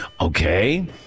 Okay